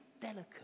delicate